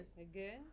Again